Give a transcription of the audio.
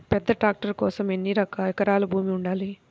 పెద్ద ట్రాక్టర్ కోసం ఎన్ని ఎకరాల భూమి ఉండాలి?